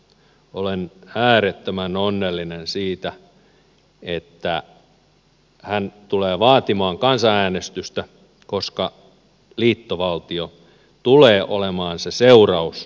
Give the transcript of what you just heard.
olen äärettömän onnellinen siitä että hän tulee vaatimaan kansanäänestystä koska liittovaltio tulee olemaan se seuraus hallituksen toimista